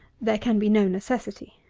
there can be no necessity.